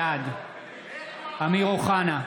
בעד אמיר אוחנה,